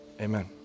amen